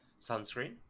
sunscreen